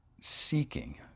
seeking